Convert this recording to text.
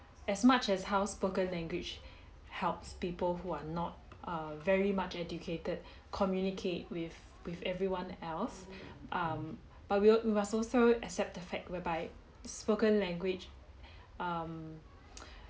as much as how spoken language helps people who are not a very much educated communicate with with everyone else um but we will we must also accept the fact whereby spoken language um